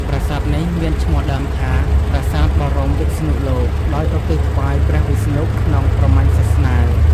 ប្រាសាទនេះមានឈ្មោះដើមថា "ប្រាសាទបរមវិស្ណុលោក" ដោយឧទ្ទិសថ្វាយព្រះវិស្ណុ ក្នុងព្រហ្មញ្ញសាសនា។